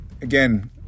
Again